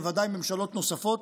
בוודאי ממשלות נוספות,